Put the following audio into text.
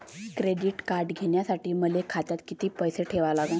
Credit card घ्यासाठी मले खात्यात किती पैसे ठेवा लागन?